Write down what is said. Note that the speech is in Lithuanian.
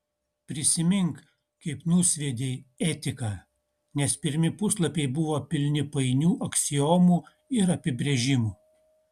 prisimink kaip nusviedei etiką nes pirmi puslapiai buvo pilni painių aksiomų ir apibrėžimų